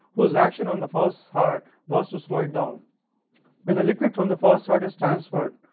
whose reaction on the first heart was to slow it down. when the liquid from the first heart is transferred,